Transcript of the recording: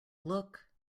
look